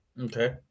okay